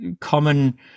common